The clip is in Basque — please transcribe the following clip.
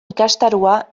ikastaroa